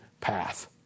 path